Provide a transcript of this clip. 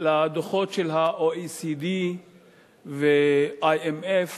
לדוחות של ה-OECD וה-IMF